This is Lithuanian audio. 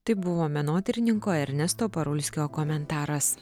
tai buvo menotyrininko ernesto parulskio komentaras